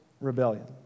rebellion